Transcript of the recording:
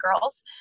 girls